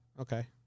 Okay